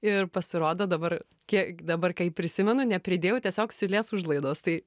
ir pasirodo dabar kiek dabar kaip prisimenu nepridėjau tiesiog siūlės užlaidos tai